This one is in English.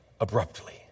abruptly